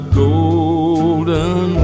golden